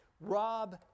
rob